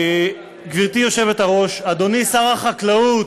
גברתי היושבת-ראש, אדוני שר החקלאות,